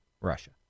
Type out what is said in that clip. Russia